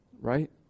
Right